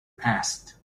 asked